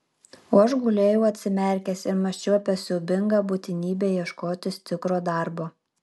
o aš gulėjau atsimerkęs ir mąsčiau apie siaubingą būtinybę ieškotis tikro darbo